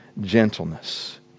gentleness